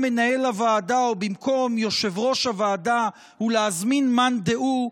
מנהל הוועדה או במקום יושב-ראש הוועדה ולהזמין מאן דהוא,